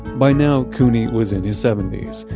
by now, couney was in his seventy s.